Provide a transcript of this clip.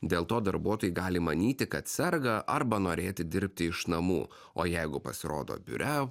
dėl to darbuotojai gali manyti kad serga arba norėti dirbti iš namų o jeigu pasirodo biure